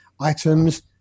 items